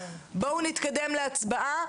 בואו נתקדם להצבעה.